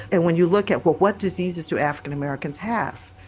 and when you look at, well, what diseases to african americans have?